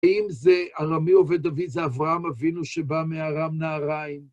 האם זה "ארמי עובד אבי" זה אברהם אבינו שבא מארם נהריים?